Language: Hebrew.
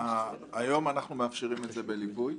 היום אנחנו מאפשרים את זה בליווי.